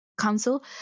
council